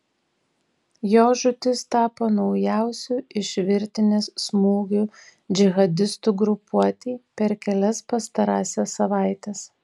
jo žūtis tapo naujausiu iš virtinės smūgių džihadistų grupuotei per kelias pastarąsias savaites